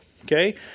Okay